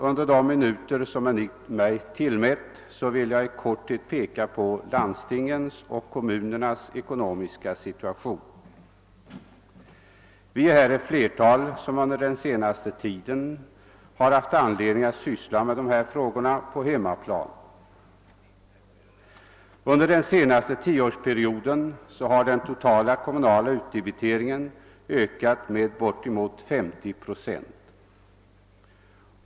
Under de minuter som är mig tillmätta vill jag i korthet peka på landstingens och kommunernas ekonomiska situation. Vi är ett flertal här som under den senaste tiden haft anledning att syssla med dessa frågor på hemmaplan. Under den senaste tioårsperioden har den totala kommunala utdebiteringen ökat med bortemot 50 procent.